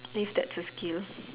leave that to skill